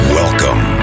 welcome